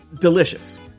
Delicious